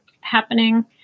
happening